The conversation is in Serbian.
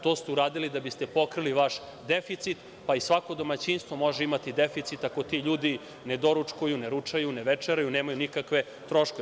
To ste uradili da biste pokrili vaš deficit, pa i svako domaćinstvo može imati deficit ako ti ljudi ne doručkuju, ne ručaju, ne večeraju, nemaju nikakve troškove.